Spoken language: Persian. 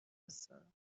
هستم